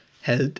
health